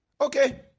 Okay